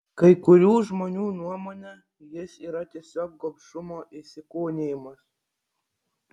kai kurių žmonių nuomone jis yra tiesiog gobšumo įsikūnijimas